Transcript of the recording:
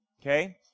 Okay